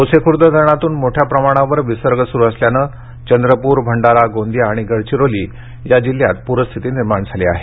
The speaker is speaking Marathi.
गोसेखूर्द धरणातून मोठ्या प्रमाणावर विसर्ग सुरु असल्यानं चंद्रपुर भंडारा गोंदिया आणि गडचिरोली या जिल्ह्यात पूरस्थिती निर्माण झाली आहे